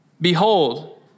Behold